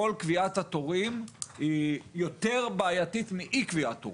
כל קביעת התורים היא יותר בעייתית מאי קביעת תורים.